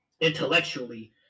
intellectually